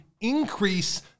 increase